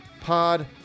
pod